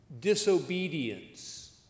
disobedience